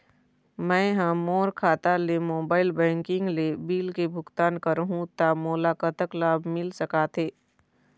मैं हा मोर खाता ले मोबाइल बैंकिंग ले बिल के भुगतान करहूं ता मोला कतक लाभ मिल सका थे?